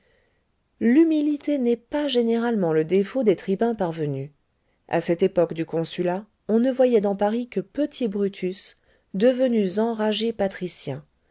l'humilité n'est pas généralement le défaut des tribuns parvenus a cette époque du consulat on ne voyait dans paris que petits brutus devenus enragés patriciens